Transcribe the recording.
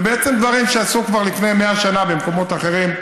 בעצם דברים שעשו כבר לפני 100 שנה במקומות אחרים,